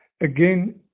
Again